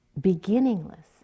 beginningless